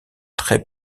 très